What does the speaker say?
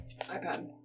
iPad